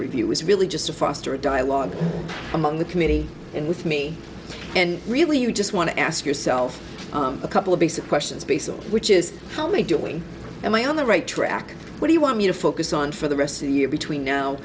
review is really just to foster a dialogue among the committee and with me and really you just want to ask yourself a couple of basic questions basic which is how me doing am i on the right track what do you want me to focus on for the rest of the year between now